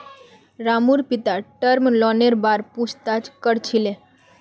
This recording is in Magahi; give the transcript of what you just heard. रामूर पिता टर्म लोनेर बार पूछताछ कर छिले